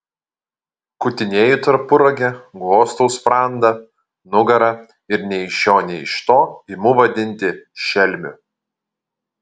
kutinėju tarpuragę glostau sprandą nugarą ir nei iš šio nei iš to imu vadinti šelmiu